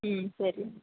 ಹ್ಞೂ ಸರಿ